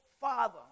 father